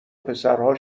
پسرها